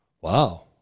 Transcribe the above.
wow